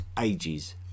Ages